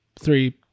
Three